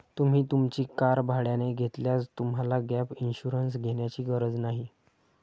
तुम्ही तुमची कार भाड्याने घेतल्यास तुम्हाला गॅप इन्शुरन्स घेण्याची गरज नाही